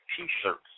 T-shirts